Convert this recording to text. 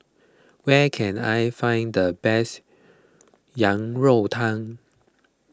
where can I find the best Yang Rou Tang